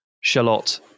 shallot